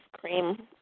cream